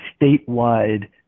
statewide